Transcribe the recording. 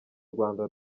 rwanda